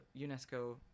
UNESCO